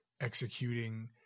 executing